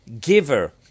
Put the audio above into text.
giver